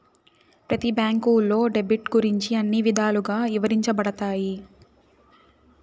ప్రతి బ్యాంకులో డెబిట్ గురించి అన్ని విధాలుగా ఇవరించబడతాయి